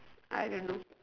I don't know